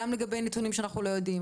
גם לגבי נתונים שאנחנו לא יודעים,